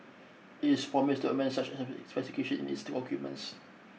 it's promised to amend such specification in its two documents